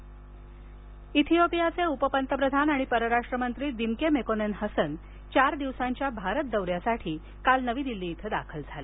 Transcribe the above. Ethiopia इथीयोपियाचे उपपंतप्रधान आणि परराष्ट्र मंत्री दिमके मेकोनेन हसन चार दिवसांच्या भारत दौऱ्यासाठी काल नवी दिल्लीत दाखल झाले